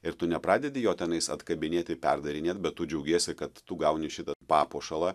ir tu nepradedi jo tenais atkabinėti perdarinėt bet tu džiaugiesi kad tu gauni šitą papuošalą